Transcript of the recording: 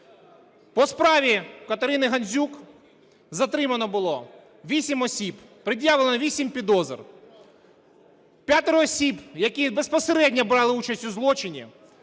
По справі КатериниГандзюк затримано було 8 осіб, пред'явлено 8 підозр. П'ятеро осіб, які безпосередньо брали участь у злочині,